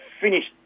finished